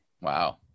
Wow